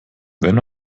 wenn